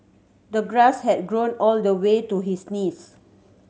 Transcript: the grass had grown all the way to his knees